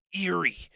eerie